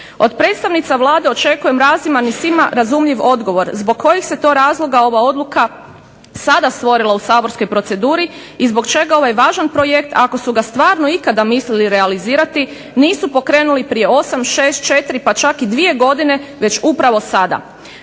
Od predstavnica Vlade očekujem razuman i svima razumljiv odgovor, zbog kojih se to razloga ova odluka sada stvorila u saborskoj proceduri i zbog čega ovaj važan projekt ako su ga stvarno ikada mislili realizirati nisu pokrenuli prije 8, 6, 4 pa čak i 2 godine, već upravo sada?